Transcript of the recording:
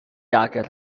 hacker